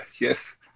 Yes